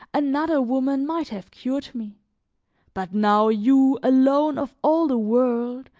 another woman might have cured me but now you, alone, of all the world,